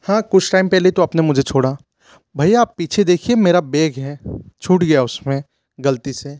हाँ कुछ टाइम पहले ही तो आपने मुझे छोड़ा भईया आप पीछे देखिए मेरा बेग है छूट गया उसमें गलती से